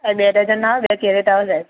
સાહેબ બે ડઝન ના આવે બે કેરેટ આવે સાહેબ